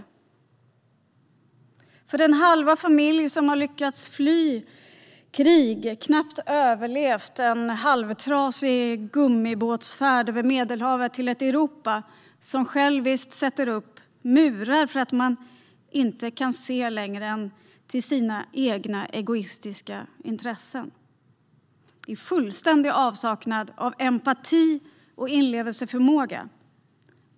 Vi måste fortsätta kampen för den halva familj som har lyckats fly krig och knappt överlevt färden i en halvtrasig gummibåt över Medelhavet till ett Europa som själviskt sätter upp murar för att man inte kan se längre än till sina egna egoistiska intressen, i fullständig avsaknad av empati och inlevelseförmåga.